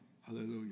Hallelujah